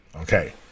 Okay